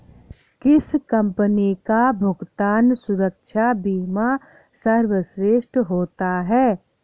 किस कंपनी का भुगतान सुरक्षा बीमा सर्वश्रेष्ठ होता है?